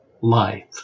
life